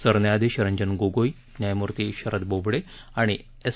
सरन्यायाधीश रंजन गोगोई न्यायमूर्ती शरद बोबडे आणि एस